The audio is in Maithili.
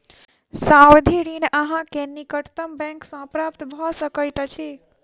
सावधि ऋण अहाँ के निकटतम बैंक सॅ प्राप्त भ सकैत अछि